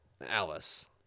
Alice